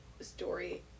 story